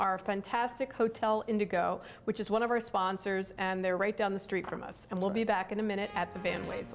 our fantastic hotel indigo which is one of our sponsors and they're right down the street from us and we'll be back in a minute at the ban